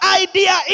idea